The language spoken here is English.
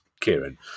kieran